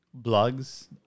Blogs